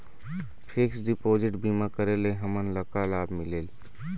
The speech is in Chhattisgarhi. फिक्स डिपोजिट बीमा करे ले हमनला का लाभ मिलेल?